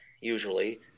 usually